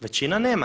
Većina nema.